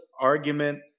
argument